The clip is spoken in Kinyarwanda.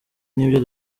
n’ibyo